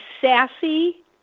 sassy